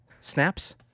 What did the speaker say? Snaps